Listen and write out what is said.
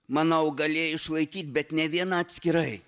manau galėjo išlaikyti bet nė viena atskirai